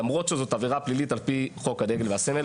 למרות שזו עבירה פלילית על פי חוק הדגל והסמל.